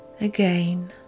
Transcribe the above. Again